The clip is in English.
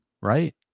right